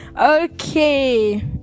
okay